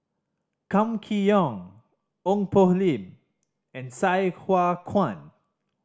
Kam Kee Yong Ong Poh Lim and Sai Hua Kuan